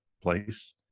place